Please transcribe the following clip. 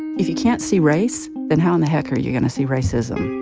if you can't see race, then ho win the heck are you going to see racism?